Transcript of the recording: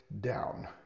down